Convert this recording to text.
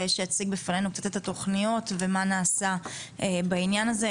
שיציג בפנינו את התכניות ומה נעשה בעניין הזה.